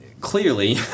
clearly